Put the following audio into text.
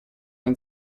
ein